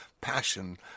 passion